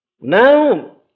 Now